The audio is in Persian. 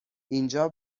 اینجا